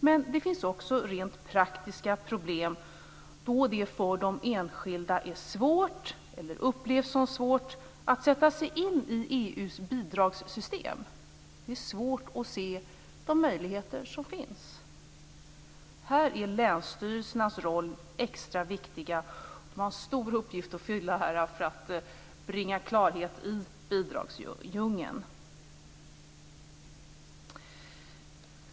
Men det finns också rent praktiska problem, då det för de enskilda är svårt, eller upplevs som svårt, att sätta sig in i EU:s bidragssystem. Det är svårt att se de möjligheter som finns. Här är länsstyrelsernas roll extra viktig. De har en stor uppgift att fylla för att bringa klarhet i bidragsdjungeln.